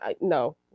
No